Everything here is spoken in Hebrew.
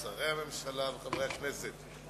שרי הממשלה וחברי הכנסת,